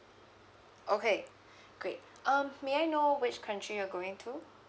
okay great um may I know which country you're going to